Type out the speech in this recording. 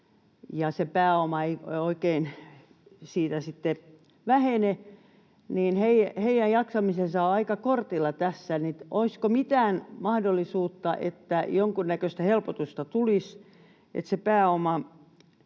se pääoma ei oikein siitä sitten vähene ja jaksaminen on aika kortilla tässä — olisiko mitään mahdollisuutta, että jonkunnäköistä helpotusta tulisi, että se pääoma